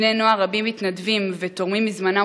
בני-נוער רבים מתנדבים ותורמים מזמנם